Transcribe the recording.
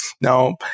now